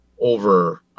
over